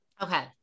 okay